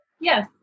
Yes